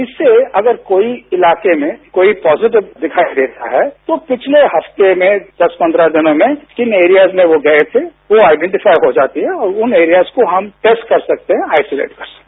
इससे अगर कोई इलाके में कोई पॉजिटिव दिखाई देता है तो पिछले हफ्ते में दस पन्द्रह दिनों में किन एरियाज में वह गए थे वह अडेंटीफाई हो जाती है और उन एरियाज को हम टेस्ट कर सकते हैं आइसोलेट कर सकते हैं